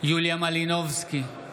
יוליה מלינובסקי,